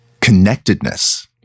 connectedness